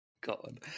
god